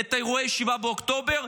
את אירועי 7 באוקטובר,